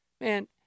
man